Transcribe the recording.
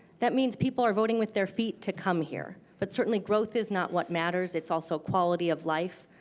that means people are voting with their feet to come here, but certainly growth is not what matters. it's also quality of life.